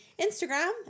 instagram